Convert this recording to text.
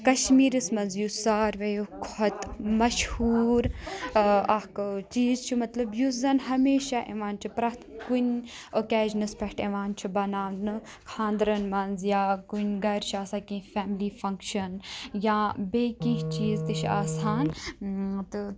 کَشمیٖرَس منٛز یُس سارویو کھۄتہٕ مشہوٗر اَکھ چیٖز چھِ مطلب یُس زَن ہمیشہ یِوان چھِ پرٛٮ۪تھ کُنہِ اوکیجنَس پیٚٹھ یِوان چھِ بَناونہٕ خانٛدرَن منٛز یا کُنہِ گَرِ چھِ آسان کینٛہہ فیملی فَنٛگشَن یا بیٚیہِ کینٛہہ چیٖز تہِ چھِ آسان تہٕ